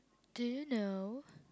do you know